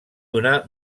donar